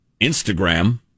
Instagram